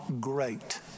great